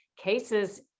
cases